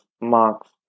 marks